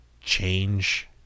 Change